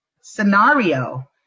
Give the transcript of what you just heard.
scenario